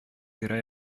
тирә